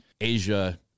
Asia